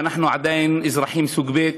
שאנחנו עדיין אזרחים סוג ב'.